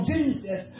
Jesus